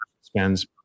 spends